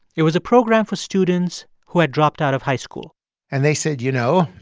it was a program for students who had dropped out of high school and they said, you know,